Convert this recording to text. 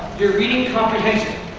your reading comprehension.